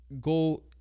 go